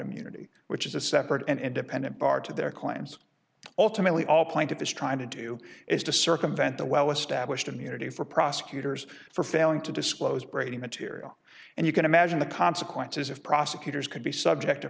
immunity which is a separate and independent bar to their claims ultimately all plaintiff is trying to do is to circumvent the well established of the unity for prosecutors for failing to disclose brady material and you can imagine the consequences if prosecutors could be subject to